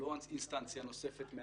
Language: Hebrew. מסתכלים על